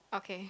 okay